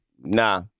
Nah